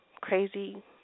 crazy